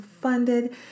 funded